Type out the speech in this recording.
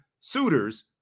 suitors